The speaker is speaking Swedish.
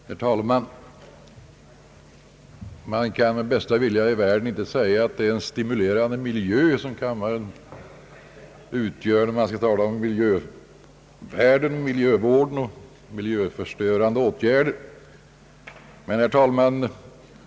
Herr talman! Man kan med bästa vilja i världen inte säga att det är en stimulerande miljö som kammaren utgör vi skall ju nu tala om miljön, miljövårdsfrågor och åtgärder mot miljöförstöring. Herr talman!